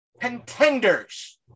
Contenders